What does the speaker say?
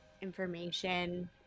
information